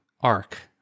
arc